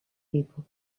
people